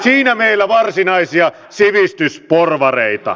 siinä meillä varsinaisia sivistysporvareita